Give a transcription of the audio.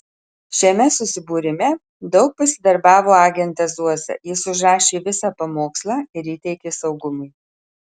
šiame susibūrime daug pasidarbavo agentas zuoza jis užrašė visą pamokslą ir įteikė saugumui